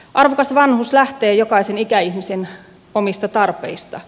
arvokas vanhuus lähtee jokaisen ikäihmisen omista tarpeista